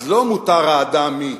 אז לא מותר האדם מ-,